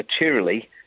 materially